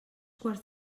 quarts